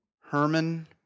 Herman